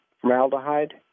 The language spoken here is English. formaldehyde